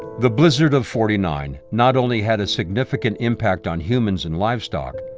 the blizzard of forty nine not only had a significant impact on humans and livestock,